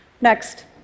Next